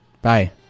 bye